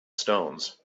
stones